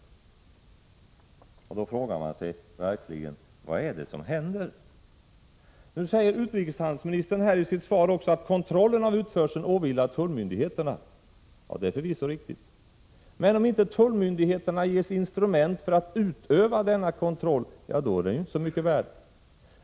Då frågar man sig verkligen vad det är som händer. Utrikeshandelsministern säger här i sitt svar att kontrollen av utförseln åvilar tullmyndigheterna. Det är förvisso riktigt. Men om inte tullmyndigheterna ges instrument för att utöva denna kontroll är den ju inte så mycket värd.